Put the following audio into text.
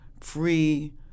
free